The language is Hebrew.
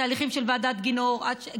תהליכים של ועדת גילאור,